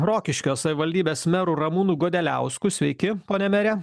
rokiškio savivaldybės meru ramūnu godeliausku sveiki pone mere